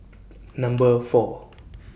Number four